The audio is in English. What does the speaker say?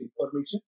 information